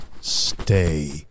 Stay